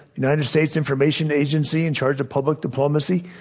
united states information agency in charge of public diplomacy,